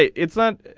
it's not.